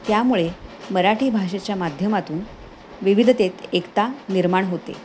त्यामुळे मराठी भाषेच्या माध्यमातून विविधतेत एकता निर्माण होते